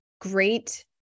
great